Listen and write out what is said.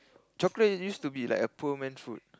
chocolate used to be like a poor man's food